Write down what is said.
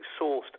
sourced